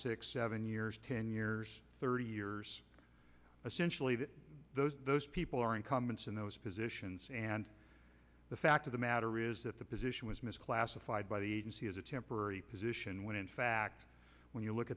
six seven years ten years thirty years essential that those people are incumbents in those positions and the fact of the matter is that the position was misclassified by the agency as a temporary position when in fact when you look